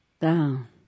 Down